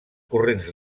corrents